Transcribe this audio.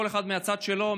כל אחד מהצד שלו,